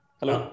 hello